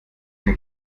denn